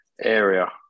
area